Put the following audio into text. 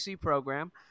program